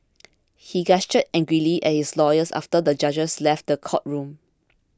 he gestured angrily at his lawyers after the judges left the courtroom